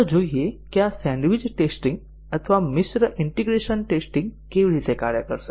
ચાલો જોઈએ કે આ સેન્ડવિચ ટેસ્ટીંગ અથવા મિશ્ર ઈન્ટીગ્રેશન ટેસ્ટીંગ કેવી રીતે કાર્ય કરશે